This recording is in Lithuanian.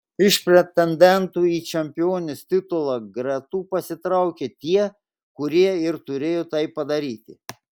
iš pretendentų į čempionės titulą gretų pasitraukė tie kurie ir turėjo tai padaryti